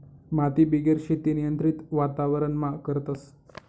मातीबिगेर शेती नियंत्रित वातावरणमा करतस